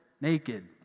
naked